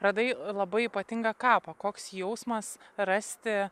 radai labai ypatingą kapą koks jausmas rasti